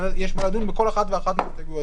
יש מה לדון בכל אחת ואחת מההסתייגויות